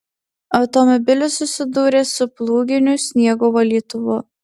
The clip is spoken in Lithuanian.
automobilis susidūrė su plūginiu sniego valytuvu